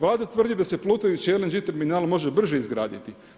Vlada tvrdi da se plutajući LNG terminal može brže izgraditi.